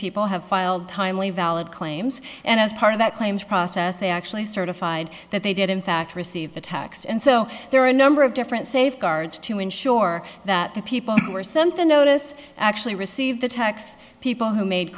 people have filed timely valid claims and as part of that claims process they actually certified that they did in fact receive the tax and so there are a number of different safeguards to ensure that the people who are something notice actually receive the tax people who made